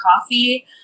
coffee